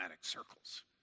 circles